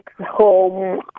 home